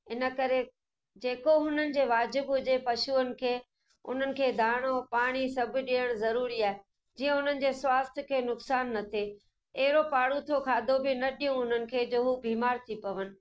इन करे जे को हुननि खे वाजिफ़ हुजे पशुअन खे उन्हनि खे दाणो पाणी सभु ॾियण जरूरी आहे जीअं उन्हनि जे स्वास्थ्यु खे नुकसानु न थिए अहिड़ो पारुथो खाधो बि न ॾियूं उन्हनि खे हू बीमार थी पवन